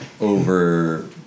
over